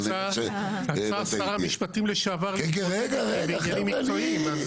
רצה שר המשפטים לשעבר בעניינים מקצועיים.